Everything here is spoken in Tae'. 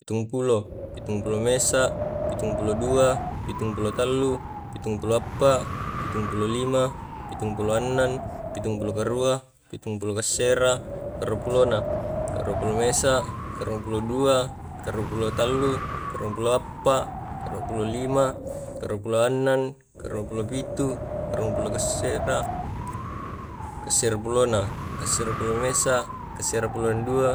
Pitumpulo, pitumpulo mesa, pitumpulo dua, pitupulo tallu, pitumpulo appa, pitumpulo lima, pitumpulo ennen, pitumpulo karua, pitumpulo kasera, karua pulona, karua pulona mesa, karua pulona dua, karua pulona tallu, karua pulo appa, karua pulo lima, karua pulo annen, karua pulo pitu, karua pulo kassera, kaserapulona, kaserapulona mesa, kaserapulona dua,